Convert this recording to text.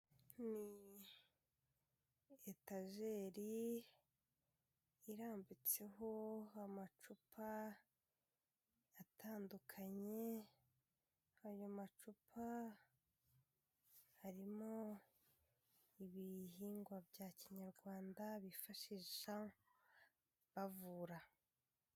Ni etajeri irambitseho amacupa atandukanye, aya macupa harimo ibihingwa bya kinyarwanda bifashisha bavura.